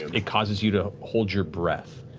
it causes you to hold your breath.